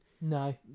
No